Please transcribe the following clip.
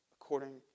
according